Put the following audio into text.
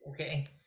Okay